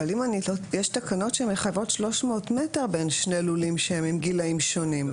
אבל יש תקנות שמחייבות 300 מטרים בין שני לולים שהם עם גילאים שונים,